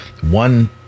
one